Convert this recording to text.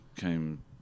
came